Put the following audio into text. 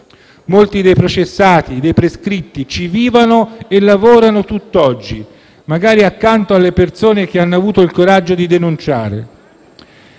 Molti dei processati e dei prescritti ci vivono e lavorano tutt'oggi, magari accanto alle persone che hanno avuto il coraggio di denunciare,